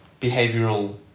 behavioral